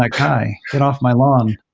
like guy. get off my lawn.